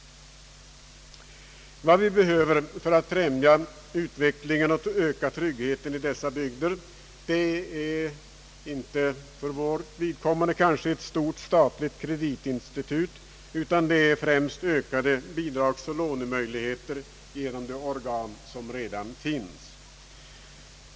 Vad som behövs för att främja utvecklingen och öka tryggheten i dessa bygder är för vårt vidkommande kanske inte ett stort statligt kreditinstitut, utan främst ökade bidragsoch lånemöjligheter genom de organ som redan finns.